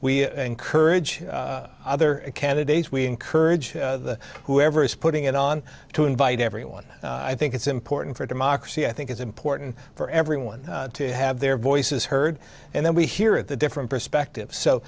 we encourage other candidates we encourage whoever is putting it on to invite everyone i think it's important for democracy i think it's important for everyone to have their voices heard and then we hear of the different perspective